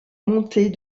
montées